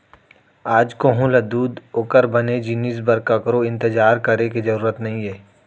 आज कोहूँ ल दूद ओकर बने जिनिस बर ककरो इंतजार करे के जरूर नइये